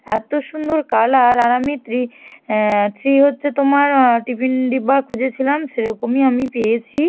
এতো সুন্দর কালার আর আমি ত্রি থ্রি হচ্ছে তোমার টিফিন ডিব্বা খুঁজেছিলাম সেরকমই আমি পেয়েছি